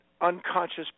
unconscious